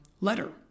letter